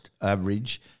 average